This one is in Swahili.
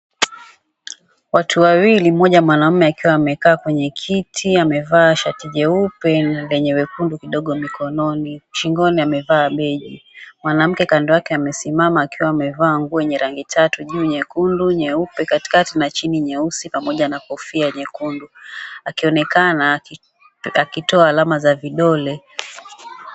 Watu wawili mmoja mwanaume akiwa amekaa kwenye kiti, amevaa shati jeupe lenye wekundu kidogo mikononi, shingoni amevaa begi. Mwanamke kando yake amesimama akiwa amevaa nguo yenye rangi tatu, juu nyekundu, nyeupe katikati, na chini nyeusi, pamoja na kofia nyekundu, akionekana akitoa alama za vidole.